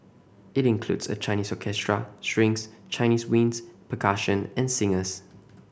it includes a Chinese orchestra strings Chinese winds percussion and singers